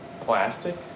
plastic